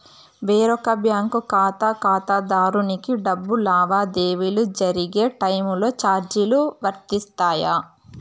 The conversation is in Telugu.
వేరొక బ్యాంకు ఖాతా ఖాతాదారునికి డబ్బు లావాదేవీలు జరిగే టైములో చార్జీలు వర్తిస్తాయా?